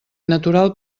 natural